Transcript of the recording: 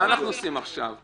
מה אנחנו עושים עכשיו?